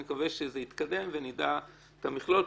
אני מקווה שזה יתקדם ונדע את המכלול,